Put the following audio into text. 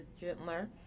gentler